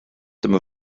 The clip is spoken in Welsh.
dyma